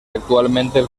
actualmente